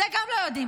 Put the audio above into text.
גם את זה לא יודעים,